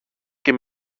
και